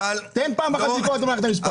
תן פעם אחת ביקורת על מערכת המשפט,